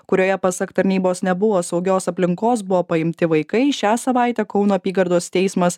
kurioje pasak tarnybos nebuvo saugios aplinkos buvo paimti vaikai šią savaitę kauno apygardos teismas